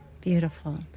Beautiful